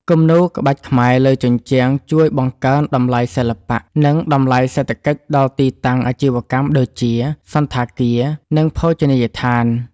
គំនូរក្បាច់ខ្មែរលើជញ្ជាំងជួយបង្កើនតម្លៃសិល្បៈ និងតម្លៃសេដ្ឋកិច្ចដល់ទីតាំងអាជីវកម្មដូចជា សណ្ឋាគារ និងភោជនីយដ្ឋាន។